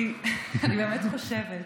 על ההרצאה הנהדרת שלו, כי אני באמת חושבת